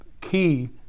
key